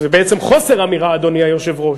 שזה בעצם חוסר אמירה, אדוני היושב-ראש,